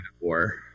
war